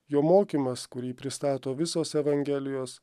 jo mokymas kurį pristato visos evangelijos